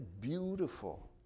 beautiful